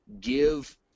give